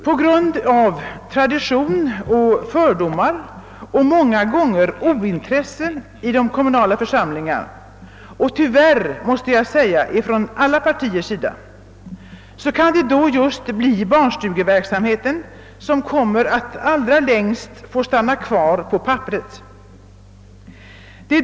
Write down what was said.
På grund av tradition, fördomar och många gånger brist på intresse i de kommunala församlingarna — tyvärr från alla partiers sida — kan det bli just barnstugeverksamheten som kommer att allra längst få stanna kvar på papperet.